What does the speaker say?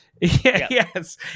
Yes